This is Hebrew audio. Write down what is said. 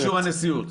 באישור הנשיאות.